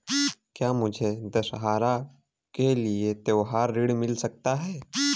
क्या मुझे दशहरा के लिए त्योहारी ऋण मिल सकता है?